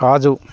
కాజు